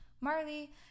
Marley